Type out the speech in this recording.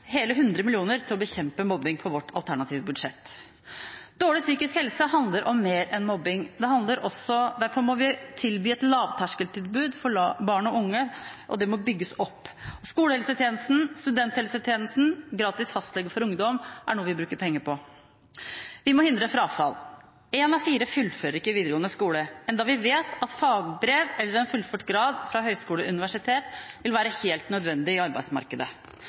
hele 100 mill. kr til å bekjempe mobbing i vårt alternative budsjett. Dårlig psykisk helse handler om mer enn mobbing. Derfor må vi tilby et lavterskeltilbud for barn og unge, og det må bygges opp. Skolehelsetjenesten, studenthelsetjenesten og gratis fastlege for ungdom er noe vi bruker penger på. Vi må hindre frafall. Én av fire fullfører ikke videregående skole, enda vi vet at fagbrev eller en fullført grad fra høyskole eller universitet vil være helt nødvendig i arbeidsmarkedet.